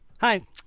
Hi